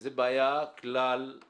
זו בעיה כלל-ארצית.